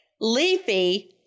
Leafy